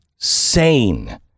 Sane